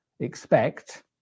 expect